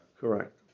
Correct